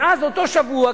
מאז אותו שבוע,